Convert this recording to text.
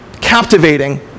captivating